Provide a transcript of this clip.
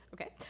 Okay